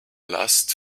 lust